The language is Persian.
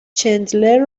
چندلر